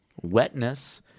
wetness